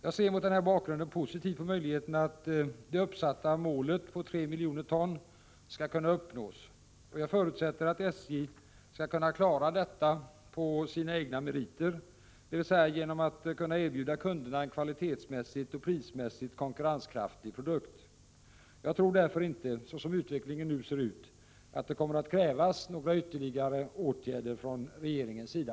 Jag ser mot den här bakgrunden positivt på möjligheterna att det uppsatta målet på 3 miljoner ton skall kunna uppnås. Jag förutsätter att SJ skall kunna klara detta på sina egna meriter, dvs. genom att kunna erbjuda kunderna en kvalitetsmässigt och prismässigt konkurrenskraftig produkt. Jag tror därför inte — såsom utvecklingen nu ser ut — att det kommer att krävas några ytterligare åtgärder från regeringens sida.